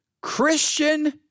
Christian